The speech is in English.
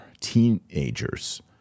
teenagers